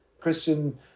Christian